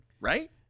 right